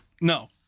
No